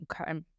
Okay